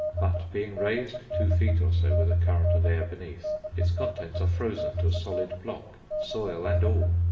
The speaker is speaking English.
but being raised two feet or so, with a current of air beneath, its contents are frozen to a solid block, soil and all,